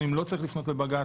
קיצוניים לא צריך לפנות לבג"ץ.